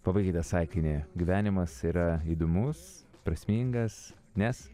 pabaikite sakinį gyvenimas yra įdomus prasmingas nes